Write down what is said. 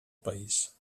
país